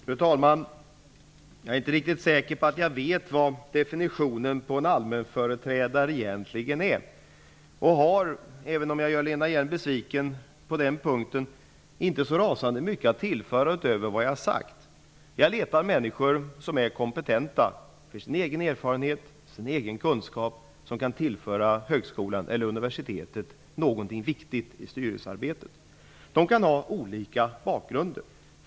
Fru talman! Jag är inte riktigt säker på att jag vet vad definitionen på en allmänföreträdare egentligen är. Även om jag gör Lena Hjelm-Wallén besviken på den punkten har jag egentligen inte så mycket att tillföra utöver vad jag har sagt. Jag letar efter människor som är kompetenta med egen erfarenhet och egen kunskap och som kan tillföra högskolan eller universitetet något viktigt i styrelsearbetet. Dessa personer kan ha olika bakgrund.